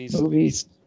movies